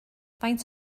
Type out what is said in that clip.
faint